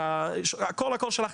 הכל שלחתי,